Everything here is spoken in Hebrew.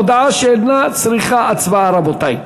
הודעה שאינה צריכה הצבעה, רבותי.